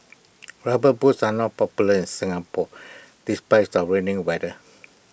rubber boots are not popular in Singapore despite our rainy weather